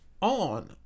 on